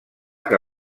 que